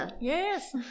Yes